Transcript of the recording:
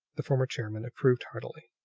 the former chairman approved heartily.